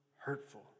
hurtful